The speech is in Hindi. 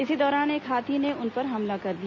इसी दौरान एक हाथी ने उन पर हमला कर दिया